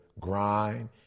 grind